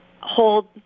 hold